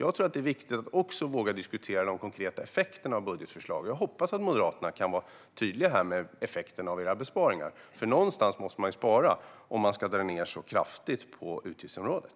Det är viktigt att också våga diskutera de konkreta effekterna av budgetförslagen. Jag hoppas att Moderaterna kan vara tydliga med effekten av sina besparingar. Någonstans måste man spara om man ska dra ned så kraftigt på utgiftsområdet.